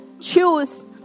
choose